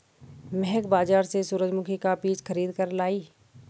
महक बाजार से सूरजमुखी का बीज खरीद कर लाई